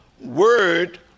word